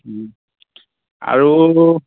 আৰু